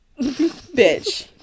Bitch